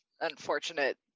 unfortunate